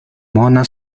mona